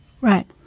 Right